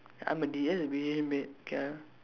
I'm a okay ah